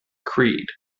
creed